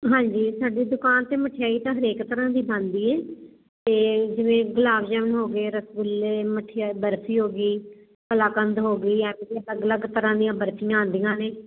ਹਾਂਜੀ ਸਾਡੀ ਦੁਕਾਨ ਤੇ ਮਠਿਆਈ ਤਾਂ ਹਰੇਕ ਤਰ੍ਹਾਂ ਦੀ ਬਣਦੀ ਹੈ ਤੇ ਜਿਵੇਂ ਗੁਲਾਬ ਜਾਮਣ ਹੋ ਗਏ ਰਸਗੁੱਲੇ ਮੱਠੀਆ ਬਰਫੀ ਹੋ ਗਈ ਕਲਾਕੰਦ ਹੋ ਗਈ ਅਲੱਗ ਅਲੱਗ ਤਰ੍ਹਾਂ ਦੀਆਂ ਬਰਫੀਆਂ ਆਉਂਦੀਆਂ ਨੇ